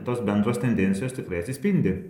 tos bendros tendencijos tikrai atsispindi